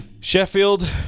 Sheffield